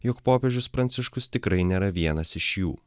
jog popiežius pranciškus tikrai nėra vienas iš jų